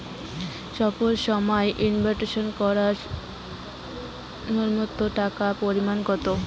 স্বল্প সময়ের জন্য ইনভেস্ট করার নূন্যতম টাকার পরিমাণ কত?